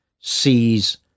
sees